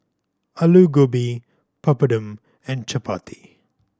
Alu Gobi Papadum and Chapati